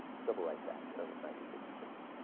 civil rights act of nineteen sixty four